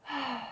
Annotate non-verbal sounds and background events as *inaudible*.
*noise*